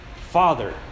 Father